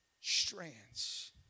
Strands